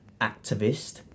activist